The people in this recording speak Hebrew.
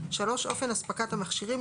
(3)אופן אספקת המכשירים,